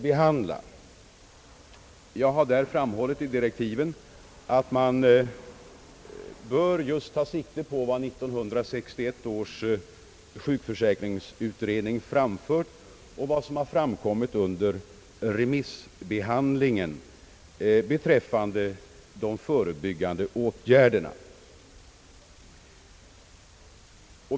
Jag har i direktiven framhållit att man bör ta sikte på vad som anförts av 1961 års sjukförsäkringsutredning och vad som framkommit under remissbehandlingen i anledning härav beträffande de förebyggande åtgärderna.